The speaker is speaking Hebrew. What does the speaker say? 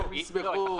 הם ישמחו.